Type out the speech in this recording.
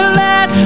let